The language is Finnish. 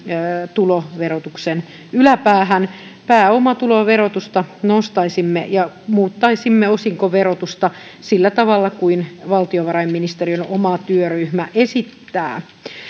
tuloverotuksen yläpäähän pääomatuloverotusta nostaisimme ja muuttaisimme osinkoverotusta sillä tavalla kuin valtiovarainministeriön oma työryhmä esittää